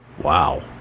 Wow